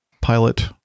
Pilot